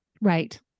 Right